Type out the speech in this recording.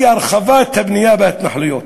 היא הרחבת הבנייה בהתנחלויות: